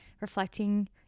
reflecting